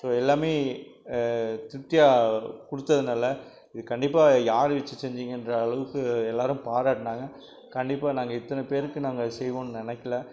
so எல்லாம் திருப்தியாக கொடுத்ததுனால இது கண்டிப்பாக யாரை வச்சு செஞ்சீங்கன்ற அளவுக்கு எல்லோரும் பாராட்டினாங்க கண்டிப்பாக நாங்கள் இத்தனை பேருக்கு நாங்கள் செய்வோம்னு நினைக்ல